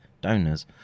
donors